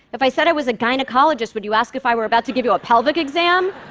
if i said i was a gynecologist, would you ask if i were about to give you a pelvic exam?